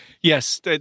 yes